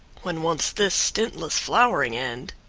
when once this stintless flowering end.